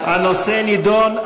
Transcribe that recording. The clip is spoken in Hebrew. הנושא נדון,